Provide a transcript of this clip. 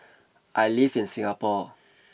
I live in Singapore